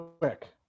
quick